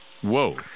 Whoa